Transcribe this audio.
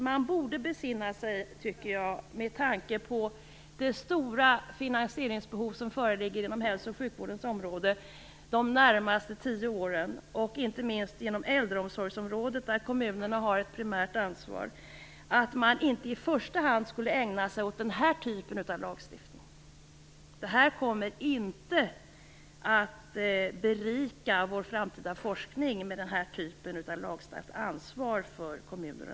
Man borde besinna sig, tycker jag, med tanke på det stora finansieringsbehov som föreligger på hälso och sjukvårdens område de närmaste tio åren, inte minst inom äldreomsorgsområdet, där kommunerna har ett primärt ansvar. Därför borde man inte i första hand ägna sig åt den här typen av lagstiftning. Ett sådant här lagstiftat ansvar för kommuner och landsting kommer inte att berika vår framtida forskning.